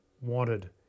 wanted